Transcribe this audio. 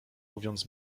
mówiąc